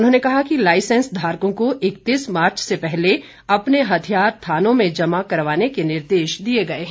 उन्होंने कहा कि लाइसेंस धारकों को अ मार्च से पहले अपने हथियार थानों में जमा करवाने के निर्देश दिए गए हैं